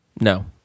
No